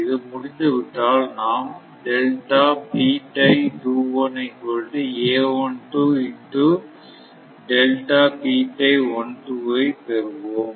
இது முடிந்து விட்டால் நாம் ஐ பெறுவோம்